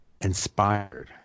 inspired